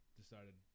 decided